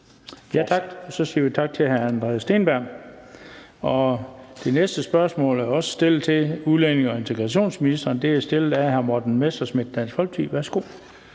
Tak. Og så siger vi tak til hr. Andreas Steenberg. Det næste spørgsmål er også stillet til udlændinge- og integrationsministeren. Det er stillet af hr. Morten Messerschmidt, Dansk Folkeparti. Værsgo.